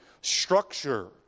structure